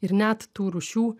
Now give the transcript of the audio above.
ir net tų rūšių